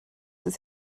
ist